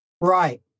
right